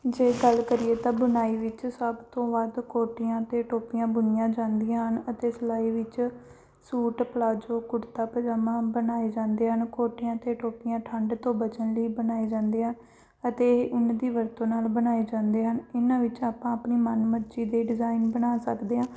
ਜੇ ਗੱਲ ਕਰੀਏ ਤਾਂ ਬੁਣਾਈ ਵਿੱਚ ਸਭ ਤੋਂ ਵੱਧ ਕੋਟੀਆਂ ਅਤੇ ਟੋਪੀਆਂ ਬੁਣੀਆਂ ਜਾਂਦੀਆਂ ਹਨ ਅਤੇ ਸਿਲਾਈ ਵਿੱਚ ਸੂਟ ਪਲਾਜੋ ਕੁੜਤਾ ਪਜਾਮਾ ਬਣਾਏ ਜਾਂਦੇ ਹਨ ਕੋਟੀਆਂ ਅਤੇ ਟੋਪੀਆਂ ਠੰਢ ਤੋਂ ਬਚਣ ਲਈ ਬਣਾਏ ਜਾਂਦੇ ਹੈ ਅਤੇ ਇਹ ਉੱਨ ਦੀ ਵਰਤੋਂ ਨਾਲ ਬਣਾਏ ਜਾਂਦੇ ਹਨ ਇਹਨਾਂ ਵਿੱਚ ਆਪਾਂ ਆਪਣੀ ਮਨ ਮਰਜ਼ੀ ਦੇ ਡਿਜ਼ਾਈਨ ਬਣਾ ਸਕਦੇ ਹਾਂ